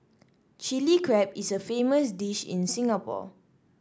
Chilli Crab is a famous dish in Singapore